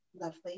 lovely